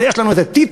יש לנו את טיטוס,